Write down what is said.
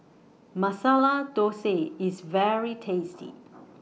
Masala Thosai IS very tasty